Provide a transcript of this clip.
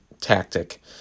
tactic